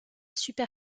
super